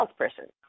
salesperson